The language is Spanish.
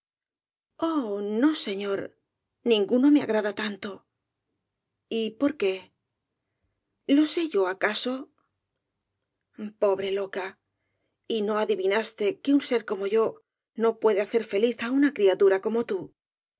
no señor ninguno me agrada tanto y por qué lo sé yo acaso pobre loca y no adivinaste que un ser como yo no puede hacer feliz á una criatura como tú